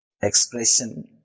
expression